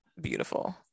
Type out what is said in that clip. beautiful